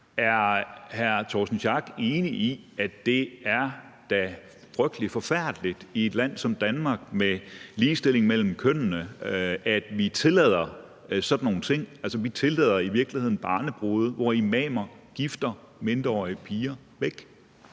Er hr. Torsten Schack Pedersen enig i, at det da er frygtelig forfærdeligt, at vi i et land som Danmark med ligestilling mellem kønnene tillader sådan nogle ting? Altså, vi tillader i virkeligheden barnebrude, og at imamer gifter mindreårige piger væk.